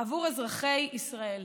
עבור אזרחי ישראל.